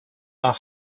are